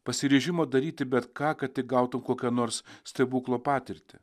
pasiryžimo daryti bet ką kad tik gautų kokią nors stebuklo patirtį